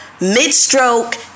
mid-stroke